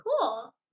Cool